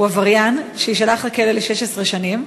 הוא עבריין שיישלח לכלא ל-16 שנים,